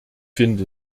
finde